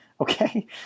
okay